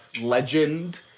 legend